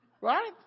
Right